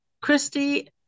Christy